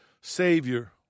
Savior